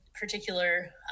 particular